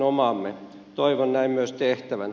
toivon näin myös tehtävän